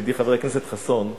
ידידי חבר הכנסת חסון,